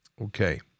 Okay